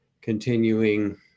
continuing